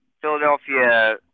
Philadelphia